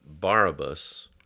Barabbas